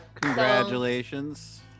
Congratulations